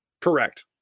Correct